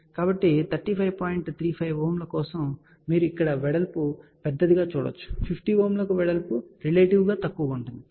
35 ohm ల కోసం మీరు ఇక్కడ వెడల్పు పెద్దదిగా చూడవచ్చు 50 ohm లకు ఈ వెడల్పు రిలేటివ్లీ తక్కువగా ఉంటుంది